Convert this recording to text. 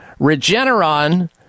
Regeneron